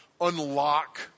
unlock